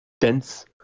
dense